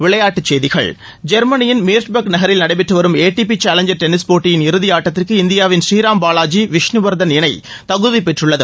விளையாட்டுச்செய்திகள் ஜெர்மனியின் மீர்பஷ்க் நகரில் நடைபெற்று வரும் ஏடியி சேலஞ்சர் டென்னிஸ் போட்டியின் இறுதியாட்டத்திற்கு இந்தியாவின் ஸ்ரீராம் பாலாஜி விஷ்ணுவர்தன் இணை தகுதி பெற்றுள்ளது